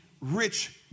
rich